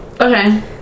okay